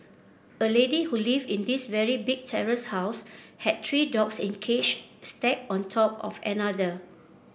a lady who lived in this very big terrace house had three dogs in cage stacked on top of another